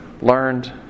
learned